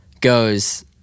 goes